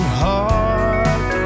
heart